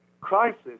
crisis